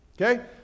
okay